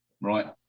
right